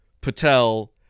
Patel